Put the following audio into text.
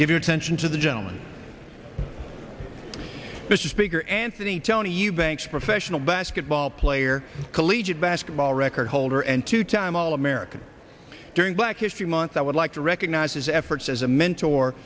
give your attention to the gentleman mr speaker anthony tony eubanks professional basketball player collegiate basketball record holder and two time all american during black history month i would like to recognize his efforts as a mentor